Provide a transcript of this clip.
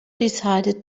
decided